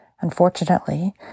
Unfortunately